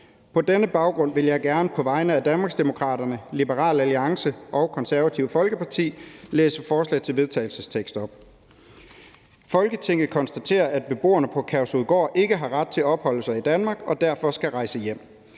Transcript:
På denne baggrund vil jeg gerne på vegne af Danmarksdemokraterne, Liberal Alliance og Det Konservative Folkeparti fremsætte følgende: Forslag til vedtagelse »Folketinget konstaterer, at beboerne på Udrejsecenter Kærshovedgård ikke har ret til at opholde sig i Danmark og derfor skal rejse hjem.